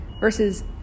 Versus